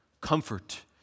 Comfort